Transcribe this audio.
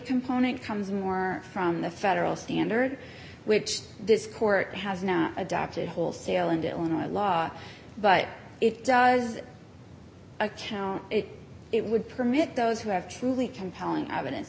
component comes more from the federal standard which this court has now adopted wholesale and illinois law but it does account it would permit those who have truly compelling evidence